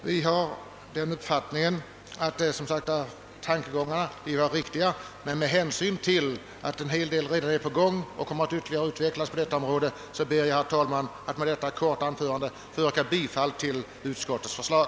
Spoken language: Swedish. Vi har som sagt uppfattningen att motionärernas tankegångar var riktiga men med hänsyn till att en hel del redan är på gång på detta område ber jag, herr talman, att med detta korta anförande få yrka bifall till utskottets förslag.